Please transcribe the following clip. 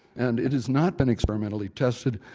and it has not been experimentally tested.